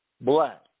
black